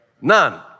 None